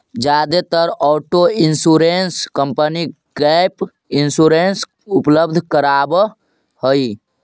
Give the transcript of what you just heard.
जादेतर auto insurance company gap insurance उपलब्ध करावऽ हई